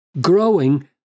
growing